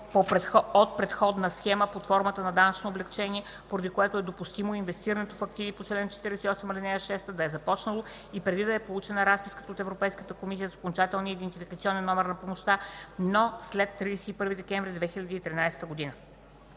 от предходна схема под формата на данъчно облекчение, поради което е допустимо инвестирането в активи по чл. 48, ал. 6 да е започнало и преди да е получена разписката от Европейската комисия с окончателния идентификационен номер на помощта, но след 31 декември 2013 г.”